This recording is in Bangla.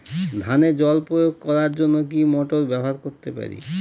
ধানে জল প্রয়োগ করার জন্য কি মোটর ব্যবহার করতে পারি?